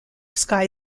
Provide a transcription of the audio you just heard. sky